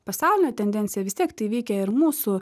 pasaulinę tendenciją vis tiek tai veikia ir mūsų